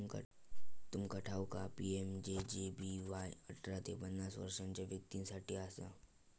तुमका ठाऊक हा पी.एम.जे.जे.बी.वाय अठरा ते पन्नास वर्षाच्या व्यक्तीं साठी असा